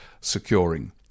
securing